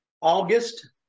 August